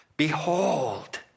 behold